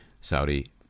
Saudi